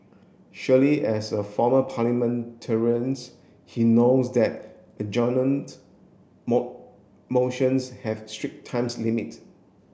surely as a former parliamentarians he knows that adjournment motions have strict times limit